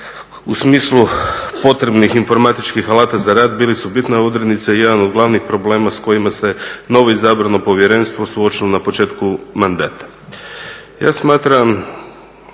u smislu potrebnih informatičkih alata za rad bili su bitna odrednica i jedan od glavnih problema s kojima se novo izabrano Povjerenstvo suočilo na početku mandata.